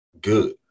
good